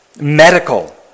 medical